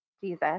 Jesus